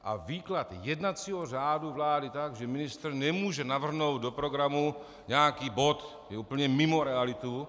A výklad jednacího řádu vlády tak, že ministr nemůže navrhnout do programu nějaký bod, je úplně mimo realitu.